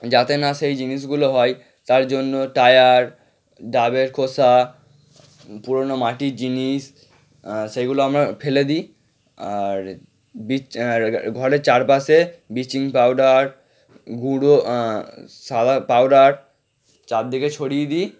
যাতে না সেই জিনিসগুলো হয় তার জন্য টায়ার ডাবের খোসা পুরোনো মাটির জিনিস সেইগুলো আমরা ফেলে দিই আর বিচ আর ঘরের চারপাশে ব্লিচিং পাউডার গুঁড়ো সাদা পাউডার চারিদিকে ছড়িয়ে দিই